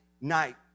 night